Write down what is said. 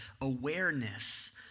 awareness